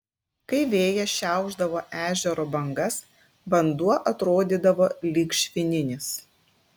kai vėjas šiaušdavo ežero bangas vanduo atrodydavo lyg švininis